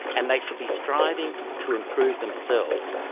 and they should be striving to improve themselves.